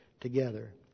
together